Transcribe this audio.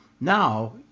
now